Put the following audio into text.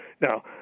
Now